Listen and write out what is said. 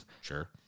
sure